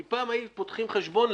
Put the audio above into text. כי פעם כשהיו פותחים חשבון,